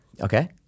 Okay